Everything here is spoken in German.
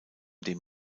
dem